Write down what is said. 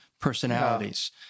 personalities